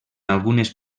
algunes